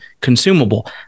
consumable